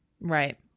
Right